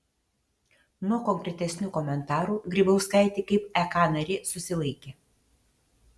nuo konkretesnių komentarų grybauskaitė kaip ek narė susilaikė